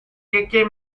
keke